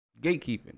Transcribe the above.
gatekeeping